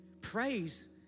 Praise